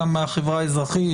גם מהחברה האזרחית,